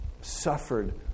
suffered